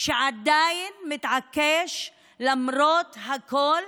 שעדיין מתעקש למרות הכול,